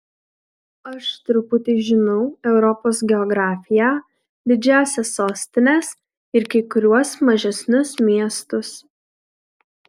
aš truputį žinau europos geografiją didžiąsias sostines ir kai kuriuos mažesnius miestus